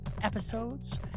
episodes